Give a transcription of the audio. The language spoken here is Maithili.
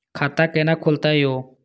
खाता केना खुलतै यो